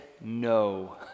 no